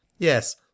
yes